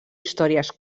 històries